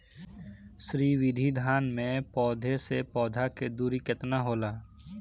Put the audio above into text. श्री विधि धान में पौधे से पौधे के दुरी केतना होला?